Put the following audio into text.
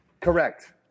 Correct